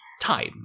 time